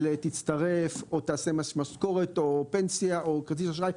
תצטרך או תעשה משכורת או פנסיה או כרטיס אשראי.